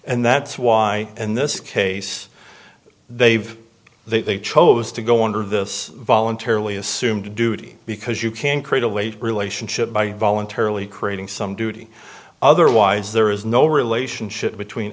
and that's why in this case they've they chose to go under this voluntarily assumed duty because you can create a weight relationship by voluntarily creating some duty otherwise there is no relationship between